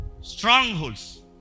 strongholds